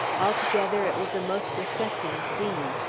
altogether it was a most affecting scene.